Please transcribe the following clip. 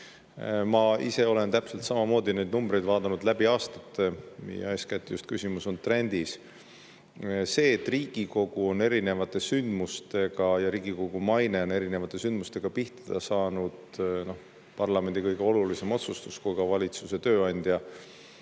Ma ise olen täpselt samamoodi neid numbreid vaadanud läbi aastate ja eeskätt just küsimus on trendis. See, et Riigikogu ja Riigikogu maine on erinevate sündmustega pihta saanud, parlamendi kõige olulisem otsustus kui ka valitsuse tööandja,